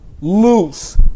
Loose